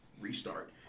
Restart